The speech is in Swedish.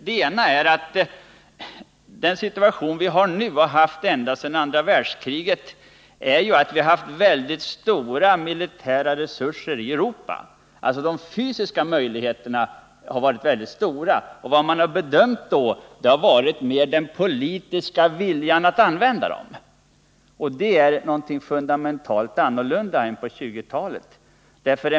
För det första är den situation som vi har nu och har haft ända sedan andra världskriget präglad av mycket stora militära resurser i Europa. De fysiska angreppsmöjligheterna har varit mycket stora och vad man i vårt land har bedömt har mer varit den politiska viljan att använda dessa medel. Och därvidlag är det fundamentalt annorlunda än på 1920-talet.